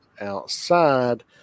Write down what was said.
outside